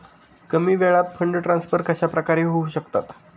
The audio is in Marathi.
कमी वेळात फंड ट्रान्सफर कशाप्रकारे होऊ शकतात?